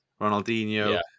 Ronaldinho